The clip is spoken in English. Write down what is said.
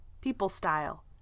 people-style